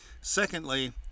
Secondly